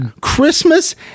Christmas